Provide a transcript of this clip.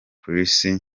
chris